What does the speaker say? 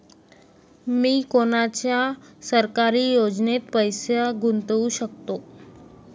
मी कोनच्या सरकारी योजनेत पैसा गुतवू शकतो?